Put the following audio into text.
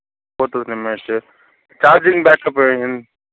four thousand mah charging backup